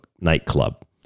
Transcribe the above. nightclub